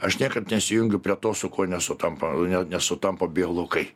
aš niekad nesijungiu prie to su kuo nesutampa nesutampa biolaukai